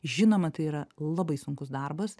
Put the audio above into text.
žinoma tai yra labai sunkus darbas